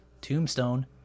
tombstone